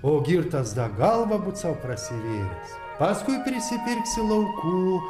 o girtas da galva būt sau prasivėręs paskui prisipirksi laukų